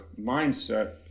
mindset